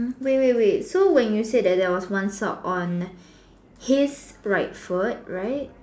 oh wait wait wait so when you said that there was one shop on his right foot right